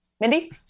Mindy